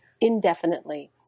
indefinitely